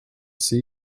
see